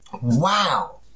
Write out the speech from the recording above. Wow